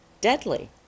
deadly